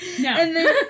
No